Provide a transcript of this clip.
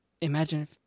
imagine